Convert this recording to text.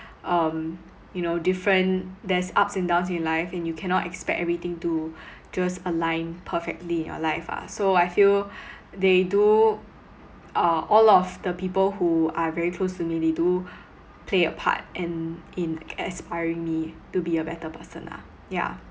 um you know different there's ups and downs in life and you cannot expect everything to just align perfectly in your life ah so I feel they do uh all of the people who are very close to me they do play a part and in aspiring me to be a better person lah yeah